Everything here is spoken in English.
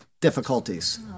difficulties